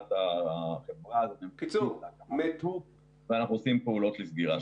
החברה הזאת ואנחנו עושים פעולות לסגירתה.